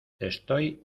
estoy